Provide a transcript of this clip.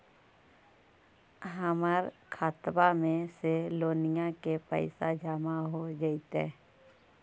हमर खातबा में से लोनिया के पैसा जामा हो जैतय?